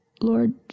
Lord